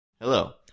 hello,